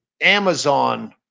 Amazon